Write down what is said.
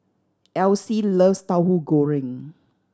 Elyse loves Tahu Goreng